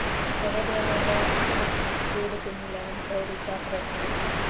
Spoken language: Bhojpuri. शहद वाला वैक्स हाथ गोड़ के मुलायम अउरी साफ़ रखेला